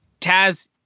taz